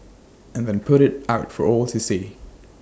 and then put IT out for all to see